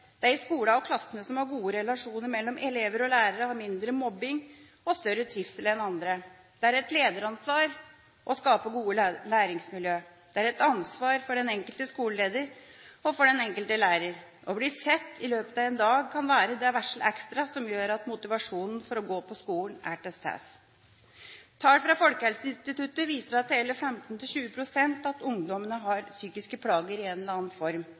og klassene som har gode relasjoner mellom elever og lærere, har mindre mobbing og større trivsel enn andre. Det er et lederansvar å skape gode læringsmiljø. Det er et ansvar for den enkelte skoleleder og for den enkelte lærer. Å bli sett i løpet av en dag kan være det lille ekstra som gjør at motivasjonen for å gå på skolen er til stede. Tall fra Folkehelseinstituttet viser at hele 15–20 pst. av ungdommene har psykiske plager i en eller annen form.